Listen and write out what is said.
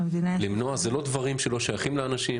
זה לא דברים שלא שייכים לאנשים,